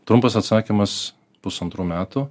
trumpas atsakymas pusantrų metų